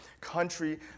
country